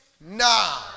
Now